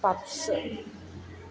puffs